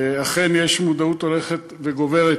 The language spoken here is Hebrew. אכן יש מודעות הולכת וגוברת